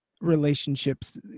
relationships